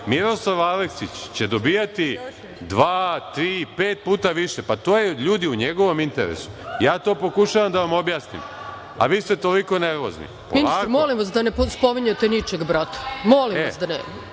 Miroslav Aleksić će dobijati dva, tri, pet puta više. To je u njegovom interesu. Ja to pokušavam da vam objasnim, a vi ste toliko nervozni. **Ana Brnabić** Ministre, molim vas da ne spominjete ničijeg brata. Molim vas.